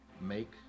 make